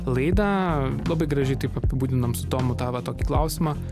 laidą labai gražiai taip apibūdinam su tomu tą va tokį klausimą